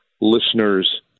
listeners